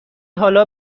حالا